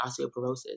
osteoporosis